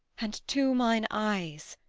and, to mine eyes,